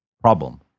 problem